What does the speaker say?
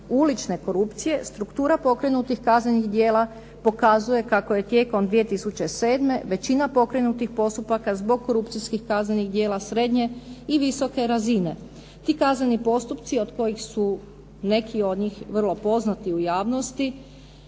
ulične korupcije, struktura pokrenutih kaznenih djela pokazuje kako je tijekom 2007. većina pokrenutih postupaka zbog korupcijskih kaznenih djela srednje i visoke razine. Ti kazneni postupci od kojih su neki od njih vrlo poznati u javnosti